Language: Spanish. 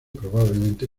probablemente